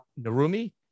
narumi